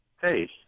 Hey